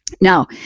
Now